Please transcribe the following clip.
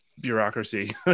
bureaucracy